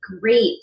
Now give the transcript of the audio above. great